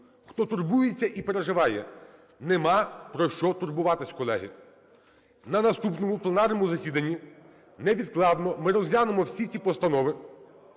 хто турбується і переживає: нема про що турбуватися, колеги. На наступному пленарному засіданні невідкладно ми розглянемо всі ці постанови,